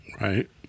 Right